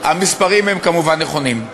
המספרים הם כמובן נכונים,